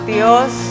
Dios